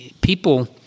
people